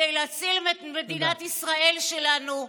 כדי להציל את מדינת ישראל שלנו,